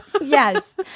Yes